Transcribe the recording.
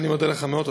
אני מודה לך מאוד.